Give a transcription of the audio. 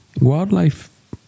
wildlife